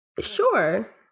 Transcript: Sure